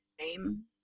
name